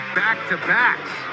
back-to-backs